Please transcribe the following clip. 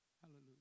Hallelujah